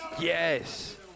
Yes